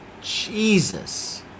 Jesus